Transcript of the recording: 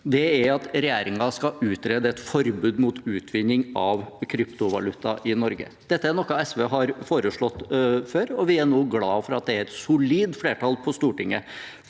er at regjeringen skal utrede et forbud mot utvinning av kryptovaluta i Norge. Dette er noe SV har foreslått før, og vi er nå glade for at det er et solid flertall på Stortinget